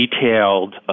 detailed